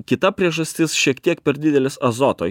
kita priežastis šiek tiek per didelis azoto